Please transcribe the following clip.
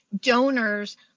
donors